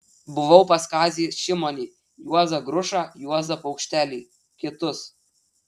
buvau pas kazį šimonį juozą grušą juozą paukštelį kitus